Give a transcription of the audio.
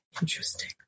Interesting